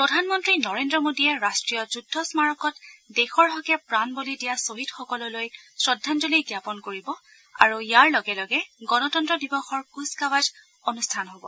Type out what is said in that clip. প্ৰধানমন্ত্ৰী নৰেল্ৰ মোডীয়ে ৰাট্টীয় যুদ্ধ স্মাৰকত দেশৰ হকে প্ৰাণ বলি দিয়া ছহিদসকললৈ শ্ৰদ্ধাঞ্জলি জ্ঞাপন কৰিব আৰু ইয়াৰ লগে লগে গণতন্ত্ৰ দিৱসৰ কূচকাৱাজ অনুষ্ঠান হ'ব